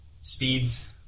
speeds